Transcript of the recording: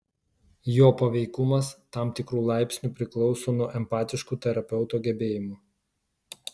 jo paveikumas tam tikru laipsniu priklauso nuo empatiškų terapeuto gebėjimų